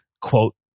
quote